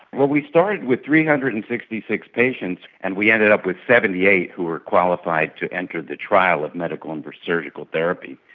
well, we started with three hundred and sixty six patients and we ended up with seventy eight who were qualified to enter the trial of medical and surgical therapy,